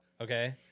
okay